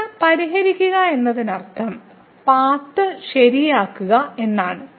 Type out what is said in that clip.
തീറ്റ പരിഹരിക്കുക എന്നതിനർത്ഥം പാത്ത് ശരിയാക്കുക എന്നാണ്